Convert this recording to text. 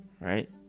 Right